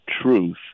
truth